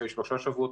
אחרי שלושה שבועות,